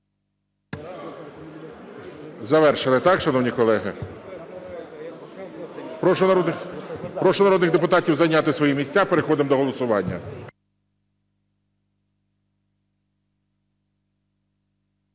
Завершили, так, шановні колеги? Прошу народних депутатів зайняти свої місця, переходимо до голосування.